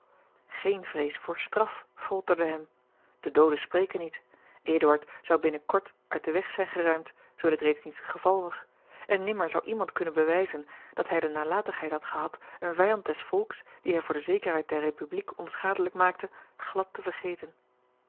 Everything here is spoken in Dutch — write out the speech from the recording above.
geene vrees voor straf folterde hem de dooden spreken niet eduard zou binnen kort uit den weg zijn geruimd zoo dit reeds niet het geval was en nimmer zou iemand kunnen bewijzen dat hij de nalatigheid had gehad een vijand des volks dien hij voor de zekerheid der republiek onschadelijk maakte glad te vergeten